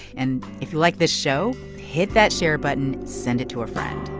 and if you like this show, hit that share button, send it to a friend